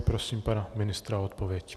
Prosím pana ministra o odpověď.